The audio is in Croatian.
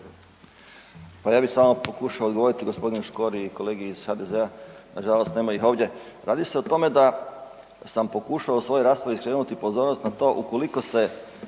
Pa ja bi samo pokušati odgovoriti g. Škori i kolegi iz HDZ-a, nažalost nema ih ovdje, radi se o tome da sam pokušao u svojoj raspravi skrenuti pozornost na to ukoliko se